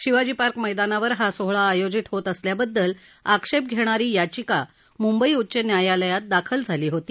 Shivaji park मैदानावर हा सोहळा आयोजित होत असल्याबद्दल आक्षेप घेणारी याचिका मुंबई उच्च न्यायालयात दाखल झाली होती